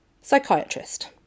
Psychiatrist